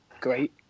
great